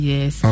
Yes